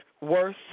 worth